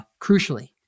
Crucially